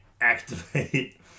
activate